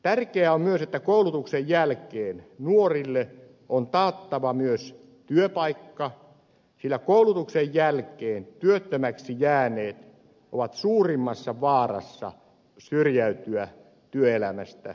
tärkeää on myös että koulutuksen jälkeen nuorille on taattava työpaikka sillä koulutuksen jälkeen työttömäksi jääneet ovat suurimmassa vaarassa syrjäytyä työelämästä ja yhteiskunnasta